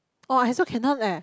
oh I also cannot leh